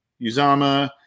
Uzama